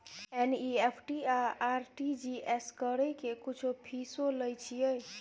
NEFT आ RTGS करै के कुछो फीसो लय छियै?